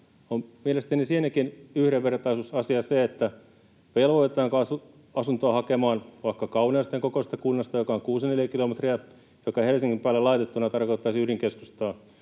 on mielestäni yhdenvertaisuusasia se, velvoitetaanko asuntoa hakemaan vaikka Kauniaisten kokoisesta kunnasta, joka on kuusi neliökilometriä, joka Helsingin päälle laitettuna tarkoittaisi ydinkeskustaa,